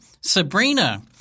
Sabrina